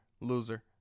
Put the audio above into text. Loser